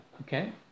Okay